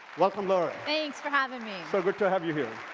welcome, laura. thanks for having me. so good to have you here.